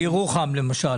בירוחם, למשל.